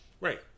Right